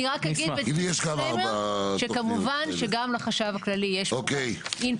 אני רק אגיד שכמובן שגם לחשב הכללי יש השפעה.